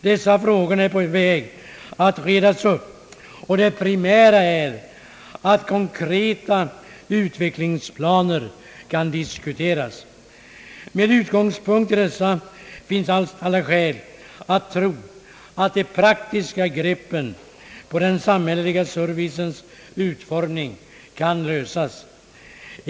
Dessa problem tycks vara på väg att redas upp. Det primära är att konkreta utvecklingsplaner kan diskuteras. Med utgångspunkt i detta finns det alla skäl att tro att de praktiska greppen på den samhälleliga servicens utformning kan lösas.